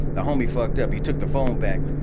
the homie fucked up. he took the phone back.